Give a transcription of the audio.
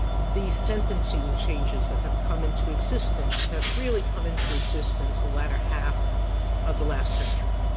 these sentencing changes that have come into existence have really come into existence the latter half of the last century.